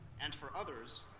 and for others,